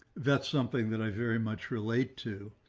that's something that i very much relate to.